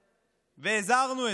והזהרנו.